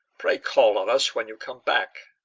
pray call on us when you come back!